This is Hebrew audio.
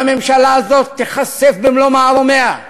הממשלה הזאת תיחשף במלוא מערומיה.